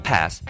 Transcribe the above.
Pass